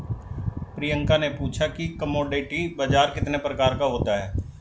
प्रियंका ने पूछा कि कमोडिटी बाजार कितने प्रकार का होता है?